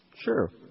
Sure